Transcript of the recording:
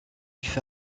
vif